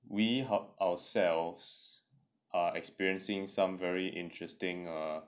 we helped ourselves are experiencing some very interesting err